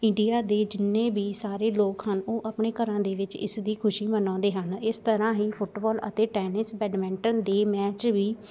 India ਦੇ ਜਿੰਨੇ ਵੀ ਸਾਰੇ ਲੋਕ ਹਨ ਉਹ ਆਪਣੇ ਘਰਾਂ ਦੇ ਵਿੱਚ ਇਸ ਦੀ ਖੁਸ਼ੀ ਮਨਾਉਂਦੇ ਹਨ ਇਸ ਤਰ੍ਹਾਂ ਹੀ ਫੁੱਟਬੋਲ ਅਤੇ ਟੈਨਿਸ ਬੈਡਮਿੰਟਨ ਦੇ ਮੈਚ ਵੀ